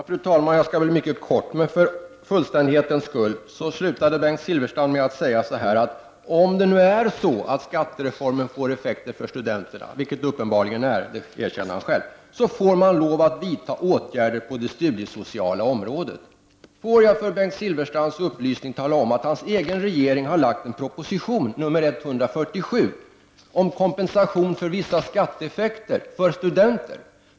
Fru talman! Jag skall fatta mig kort, men vill säga några ord för fullständighetens skull. Bengt Silfverstrand slutade med att säga, att om det är så att skattereformen får effekter för studenterna, vilket, som han själv erkänner, uppenbarligen blir fallet, får man lov att vidta åtgärder på det studiesociala området. Får jag för Bengt Silfverstrands upplysning tala om att hans egen regering har lagt fram en proposition, nr 147, om kompensation för vissa skatteeffekter för studenter.